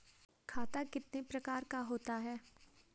खाता कितने प्रकार का होता है?